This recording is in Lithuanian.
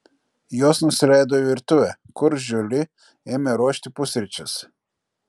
jos nusileido į virtuvę kur žiuli ėmė ruošti pusryčius